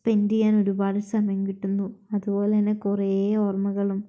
spent ചെയ്യാൻ ഒരുപാട് സമയം കിട്ടുന്നു അതുപോലെത്തന്നെ കുറേ ഓർമ്മകളും